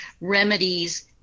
remedies